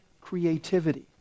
creativity